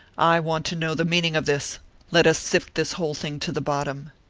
i want to know the meaning of this let us sift this whole thing to the bottom.